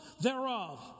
thereof